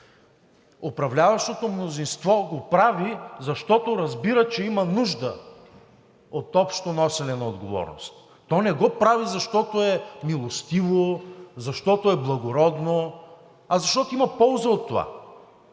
Управляващото мнозинство го прави, защото разбира, че има нужда от общо носене на отговорност. То не го прави, защото е милостиво, защото е благородно, а защото има полза от това